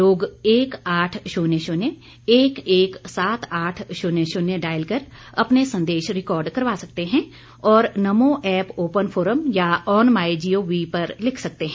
लोग एक आठ शून्य शून्य एक एक सात आठ शून्य शून्य डायल कर अपने संदेश रिकार्ड करवा सकते हैं और नमो ऐप ओपन फोरम या ऑन माइ जीओवी पर लिख सकते हैं